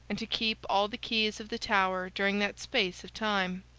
and to keep all the keys of the tower during that space of time.